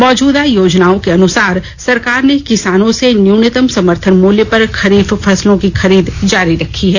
मौजूदा योजनाओं के अनुसार सरकार ने किसानों से न्यूनतम समर्थन मुल्य पर खरीफ फसलों की खरीद जारी रखी है